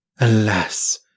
Alas